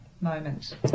moment